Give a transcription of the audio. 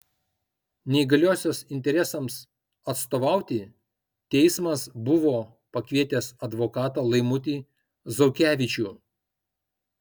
neįgaliosios interesams atstovauti teismas buvo pakvietęs advokatą laimutį zaukevičių